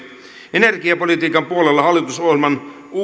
energiapolitiikan puolella hallitusohjelma